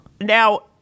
Now